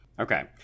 Okay